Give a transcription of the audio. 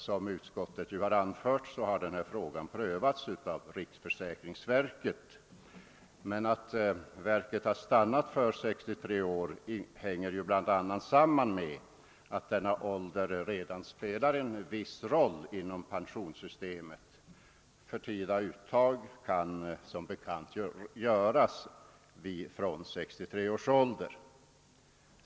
Såsom utskottet anfört har frågan prövats av riksförsäkringsverket. Att verket stannat för 63 år hänger bl.a. samman med att denna ålder redan spelar en viss roll inom pensionssystemet. Förtida uttag kan som bekant göras från 63 års ålder.